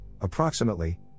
approximately